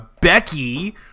Becky